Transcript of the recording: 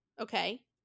Okay